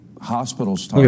hospitals